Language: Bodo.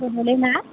बड'लेण्डना